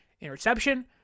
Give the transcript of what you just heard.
interception